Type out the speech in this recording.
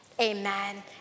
amen